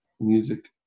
music